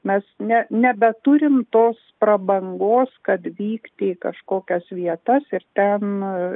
mes ne nebeturim tos prabangos kad vykti į kažkokias vietas ir ten